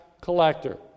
collector